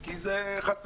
כי זה חסום.